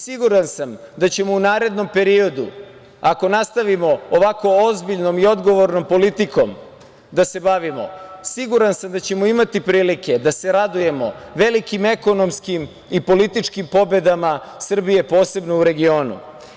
Siguran sam da ćemo u narednom periodu, ako nastavimo ovako ozbiljnom i odgovornom politikom da se bavimo siguran sam da ćemo imati prilike da se radujemo velikim ekonomskim i političkim pobedama Srbije, posebno u regionu.